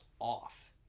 off